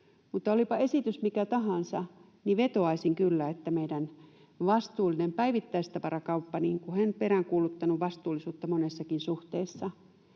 Mutta olipa esitys mikä tahansa, niin vetoaisin kyllä, että meidän vastuullinen päivittäistavarakauppa — joka on peräänkuuluttanut vastuullisuutta monessakin suhteessa